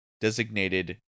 designated